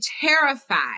terrified